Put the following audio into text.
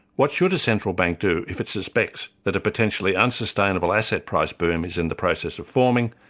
what should a central bank do if it suspects that a potentially unsustainable asset price boom is in the process of forming,